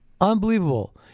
Unbelievable